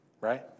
Right